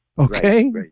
Okay